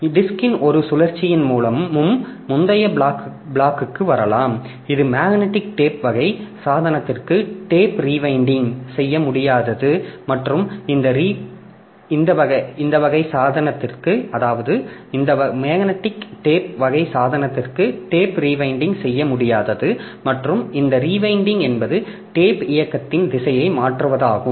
எனவே டிஸ்க்ன் ஒரு சுழற்சியின் மூலமும் முந்தைய பிளாக்கு வரலாம் இது மேக்னெட்டிக் டேப் வகை சாதனத்திற்கு டேப் ரீவைண்டிங் செய்ய முடியாதது மற்றும் இந்த ரீவைண்டிங் என்பது டேப் இயக்கத்தின் திசையை மாற்றுவதாகும்